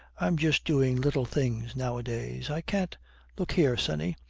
i'm just doing little things nowadays. i can't look here, sonny,